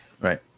Right